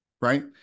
right